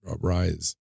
rise